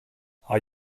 are